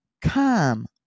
come